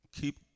Keep